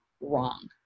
wrong